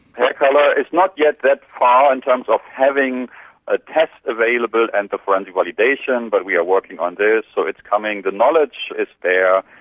hair colour is not yet that far, in terms of having a test available and but but and the validation, but we are working on this, so it's coming. the knowledge is there,